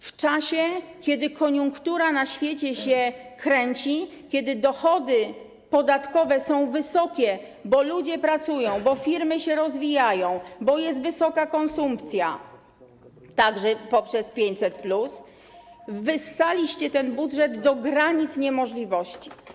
W czasie kiedy koniunktura na świecie się kręci, kiedy dochody podatkowe są wysokie, bo ludzie pracują, bo firmy się rozwijają, bo jest wysoka konsumpcja, także poprzez 500+, wyssaliście ten budżet do granic niemożliwości.